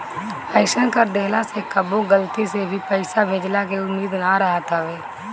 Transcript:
अइसन कर देहला से कबो गलती से भे पईसा भेजइला के उम्मीद ना रहत हवे